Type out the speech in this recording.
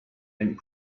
and